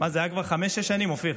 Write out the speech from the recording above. זה היה כבר חמש, שש שנים, אופיר?